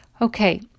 Okay